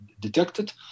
detected